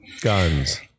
Guns